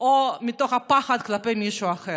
או מתוך הפחד ממישהו אחר.